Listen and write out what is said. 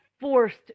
forced